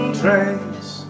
trace